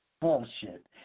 bullshit